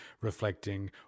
reflecting